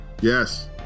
Yes